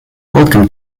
welcome